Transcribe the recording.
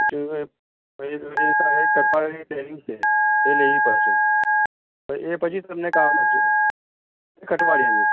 પછી પછી તમારે એક અઠવાડિયાની ટ્રેનિંગ છે એ લેવી પડશે એ પછી જ તમને કામ આપશે એક અઠવાડિયાની